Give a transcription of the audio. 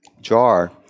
jar